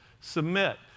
Submit